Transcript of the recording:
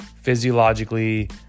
physiologically